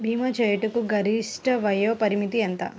భీమా చేయుటకు గరిష్ట వయోపరిమితి ఎంత?